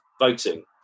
voting